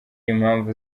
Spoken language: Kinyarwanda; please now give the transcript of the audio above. impamvu